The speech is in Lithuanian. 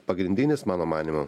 pagrindinis mano manymu